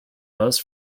most